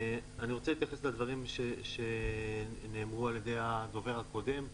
אני רוצה להתייחס לדברים שאמר הדובר הקודם,